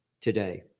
today